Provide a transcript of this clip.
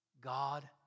God